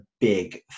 big